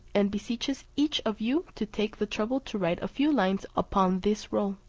and beseeches each of you to take the trouble to write a few lines upon this roll.